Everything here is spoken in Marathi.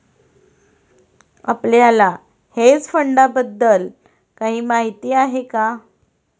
आपल्याला हेज फंडांबद्दल काही माहित आहे का?